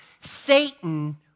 Satan